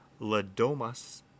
Ladomas